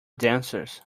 dancers